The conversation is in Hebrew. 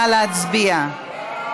נא להצביע.